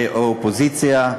במסגרת האופוזיציה.